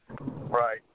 right